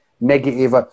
negative